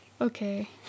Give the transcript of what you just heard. Okay